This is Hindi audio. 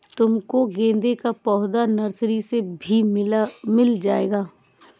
तुमको गेंदे का पौधा नर्सरी से भी मिल जाएगा